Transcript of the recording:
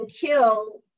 kill